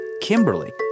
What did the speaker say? Kimberly